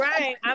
Right